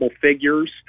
figures